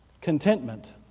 contentment